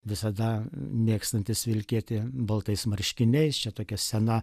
visada mėgstantis vilkėti baltais marškiniais čia tokia sena